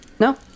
No